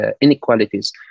inequalities